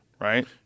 Right